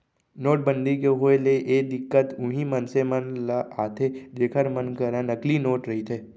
नोटबंदी के होय ले ए दिक्कत उहीं मनसे मन ल आथे जेखर मन करा नकली नोट रहिथे